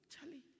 charlie